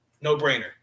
No-brainer